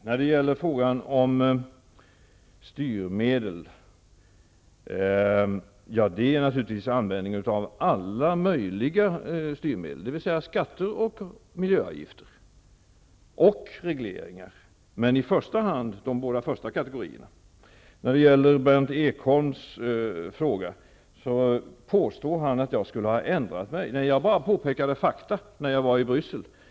När det gäller frågan om styrmedel vill jag säga att det naturligtvis gäller att använda alla möjliga styrmedel -- dvs. skatter och miljöavgifter men också regleringar. I första hand gäller det dock de båda förstnämnda kategorierna. Berndt Ekholm påstår att jag skulle ha ändrat mig. Nej, jag pekade bara på fakta när jag var i Bryssel.